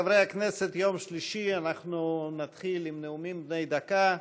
חברי הכנסת, יום שלישי, נתחיל בנאומים בני דקה.